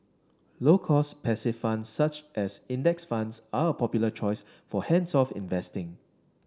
low cost passive funds such as index funds are a popular choice for hands off investing